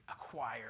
acquire